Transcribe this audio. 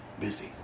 busy